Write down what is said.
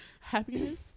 happiness